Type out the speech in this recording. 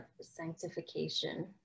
sanctification